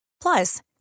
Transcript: Plus